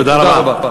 תודה רבה.